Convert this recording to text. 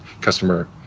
customer